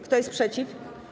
Kto jest przeciw?